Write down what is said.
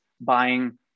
buying